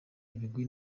ibigwi